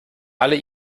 alle